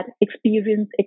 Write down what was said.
experience